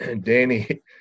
Danny